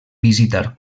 visitar